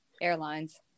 Airlines